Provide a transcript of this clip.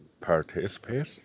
participate